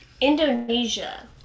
Indonesia